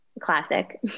Classic